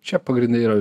čia pagrinde yra